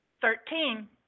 Thirteen